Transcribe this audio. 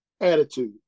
attitude